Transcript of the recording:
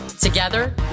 Together